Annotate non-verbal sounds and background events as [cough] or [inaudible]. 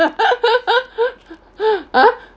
[laughs] !huh!